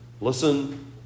Listen